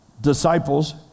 disciples